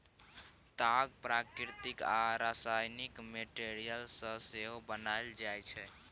ताग प्राकृतिक आ रासायनिक मैटीरियल सँ सेहो बनाएल जाइ छै